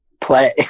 play